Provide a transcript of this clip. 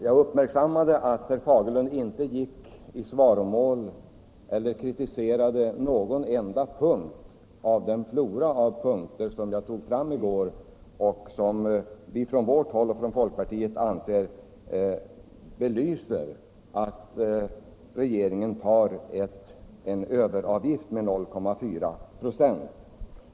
Jag uppmärksammande att herr Fagerlund inte gick in i svaromål på eller kritiserade någon enda punkt av alla dem som jag tog upp i går och som vi ifrån vårt håll och från folkpartiet anser belysa att regeringen tar ut en överavgift.